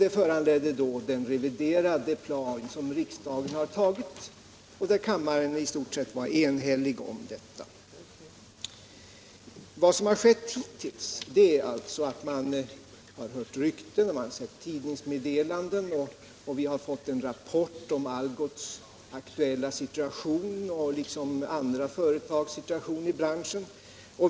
Detta föranledde Åtgärder för textilden reviderade plan som riksdagen har antagit och som kammaren i och konfektionsstort sett var enig om. Vad som nu har skett är att vi har sett tid — industrierna ningsmeddelanden och att vi har fått en rapport om Algots och andra företags aktuella situation.